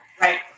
Right